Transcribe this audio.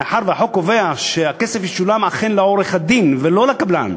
מאחר שהחוק קובע שהכסף אכן ישולם לעורך-הדין ולא לקבלן,